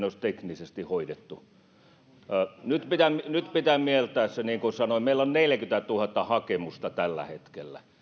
olisi teknisesti hoidettu nyt pitää mieltää se että niin kuin sanoin meillä on neljäkymmentätuhatta hakemusta tällä hetkellä